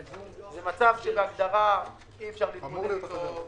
זה מצב שבהגדרה אי אפשר להתמודד איתו,